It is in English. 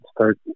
start